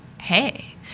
hey